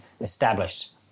established